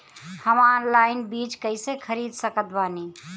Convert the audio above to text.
हम ऑनलाइन बीज कइसे खरीद सकत बानी?